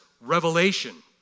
revelation